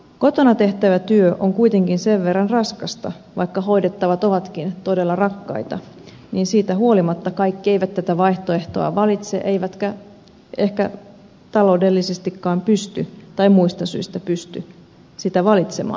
kotona tehtävä työ on kuitenkin sen verran raskasta vaikka hoidettavat ovatkin todella rakkaita että siitä huolimatta kaikki eivät tätä vaihtoehtoa valitse eivätkä ehkä taloudellisestikaan tai muista syistä pysty sitä valitsemaan